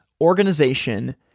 organization